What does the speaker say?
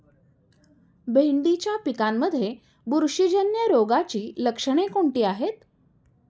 भेंडीच्या पिकांमध्ये बुरशीजन्य रोगाची लक्षणे कोणती आहेत?